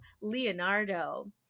Leonardo